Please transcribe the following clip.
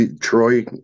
Troy